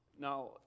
Now